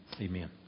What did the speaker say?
Amen